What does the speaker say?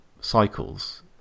cycles